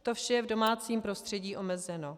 To vše je v domácím prostředí omezeno.